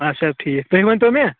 اچھا ٹھیٖک تُہۍ ؤنۍ تَو مےٚ